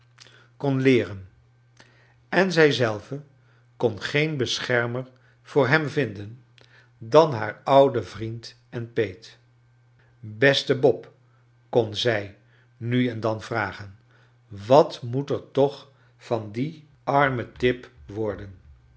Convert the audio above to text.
kon leeren en zii zelve kon geon boscjicrmer voor hem vinden dan haar ouden vriend en peet eeste bob kon zij nu en dan vragen wat moot er toch van dien armen tip worden